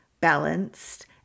balanced